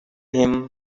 him